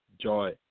joy